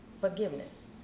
forgiveness